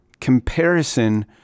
Comparison